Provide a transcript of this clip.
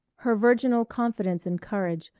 her virginal confidence and courage,